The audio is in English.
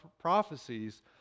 prophecies